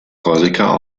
korsika